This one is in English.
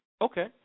Okay